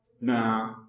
Nah